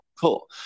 Cool